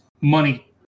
money